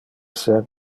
ser